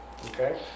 Okay